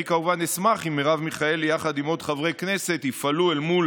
אני כמובן אשמח אם מרב מיכאלי יחד עם עוד חברי כנסת יפעלו אל מול